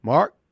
Mark